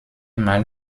mal